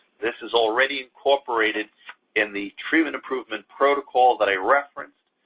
this is already incorporated in the treatment improvement protocol that i referenced.